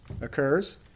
occurs